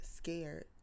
scared